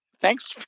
Thanks